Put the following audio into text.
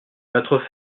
notre